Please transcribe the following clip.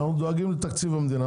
אנחנו נוהגים לתקציב המדינה.